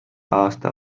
aasta